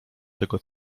tego